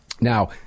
Now